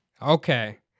Okay